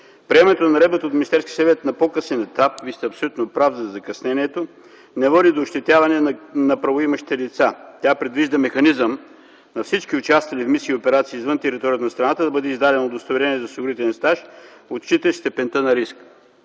Министерския съвет на по-късен етап – Вие сте абсолютно прав за закъснението – не води до ощетяване на правоимащите лица. Тя предвижда механизъм на всички участвали в мисии и операции извън територията на страната да бъде издадено удостоверение за осигурителен стаж, отчитащ степента на риска,